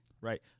Right